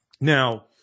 Now